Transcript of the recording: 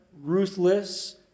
ruthless